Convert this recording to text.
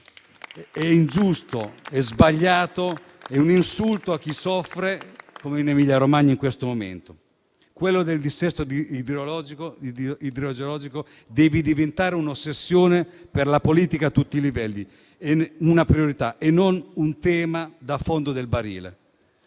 è ingiusto e sbagliato, è un insulto a chi soffre come in Emilia-Romagna in questo momento. Quella del dissesto idrogeologico deve diventare un'ossessione per la politica a tutti i livelli, una priorità e non un tema da fondo del barile.